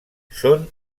són